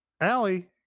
Allie